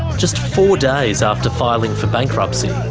just four days after filing for bankruptcy,